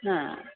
हां